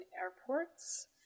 airports